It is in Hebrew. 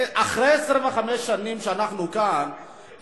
אחרי 25 שנים שאנחנו כאן,